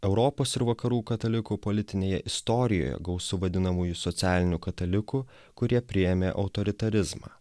europos ir vakarų katalikų politinėje istorijoje gausu vadinamųjų socialinių katalikų kurie priėmė autoritarizmą